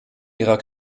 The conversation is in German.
ihrer